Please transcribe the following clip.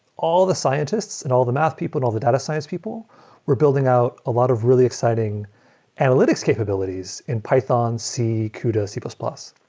all the scientists and all the math people and all the data science people were building out a lot of really exciting analytics capabilities in python, c, kudu, c plus plus.